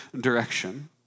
direction